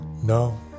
No